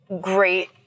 Great